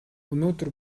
өнөөдөр